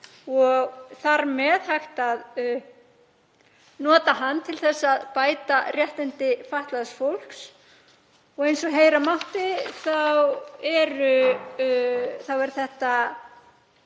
og þar með hægt að nota hann til að bæta réttindi fatlaðs fólks. Eins og heyra mátti þá er þetta